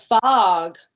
fog